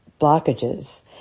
blockages